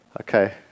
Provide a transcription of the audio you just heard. Okay